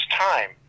time